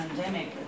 pandemic